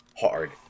hard